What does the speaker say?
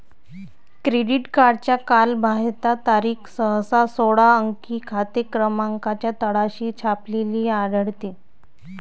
credit कार्डची कालबाह्यता तारीख सहसा सोळा अंकी खाते क्रमांकाच्या तळाशी छापलेली आढळते